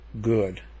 good